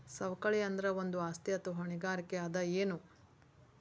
ಸವಕಳಿ ಅಂದ್ರ ಒಂದು ಆಸ್ತಿ ಅಥವಾ ಹೊಣೆಗಾರಿಕೆ ಅದ ಎನು?